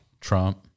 Trump